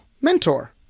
mentor